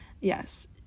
Yes